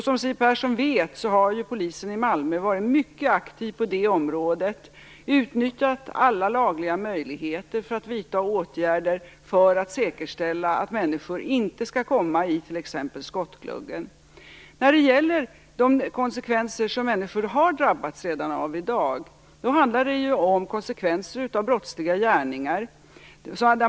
Som Siw Persson vet har polisen i Malmö varit mycket aktiv på det området och utnyttjat alla lagliga möjligheter för att vidta åtgärder för att säkerställa att människor t.ex. inte skall komma i skottgluggen. De konsekvenser som människor redan har drabbats av i dag är konsekvenser av brottsliga gärningar.